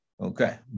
Okay